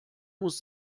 muss